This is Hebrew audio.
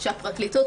שהפרקליטות,